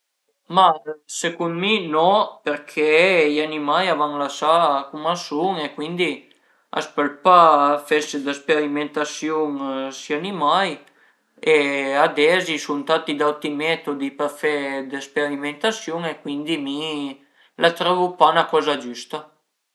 Ma secund mi no përché i animai a van lasà cum a sun e cuindi a s'pöl pa fese dë sperimentasiun cun si animai e ades i sun tanti d'auti metodi për fe dë sperimentasiun e cuindi mi la trövu pa 'na coza giüsta